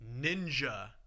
Ninja